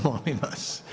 Molim vas.